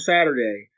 Saturday